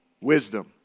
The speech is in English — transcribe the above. Wisdom